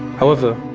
however,